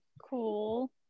cool